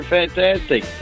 fantastic